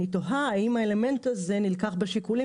אני תוהה האם האלמנט הזה נלקח בשיקולים